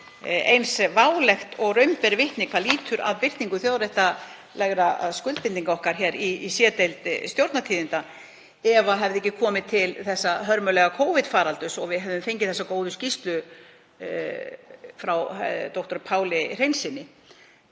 eins válegt og raun ber vitni hvað lýtur að birtingu þjóðréttarlegra skuldbindinga okkar í C-deild Stjórnartíðinda ef ekki hefði komið til þessa hörmulega Covid-faraldurs og við hefðum ekki fengið þessa góðu skýrslu frá dr. Páli Hreinssyni.